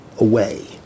away